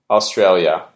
Australia